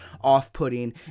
off-putting